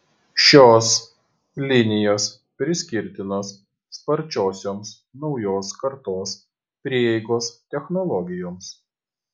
šios linijos priskirtinos sparčiosioms naujos kartos prieigos technologijoms